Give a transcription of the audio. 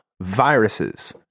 Viruses